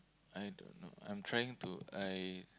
I don't know I'm trying to I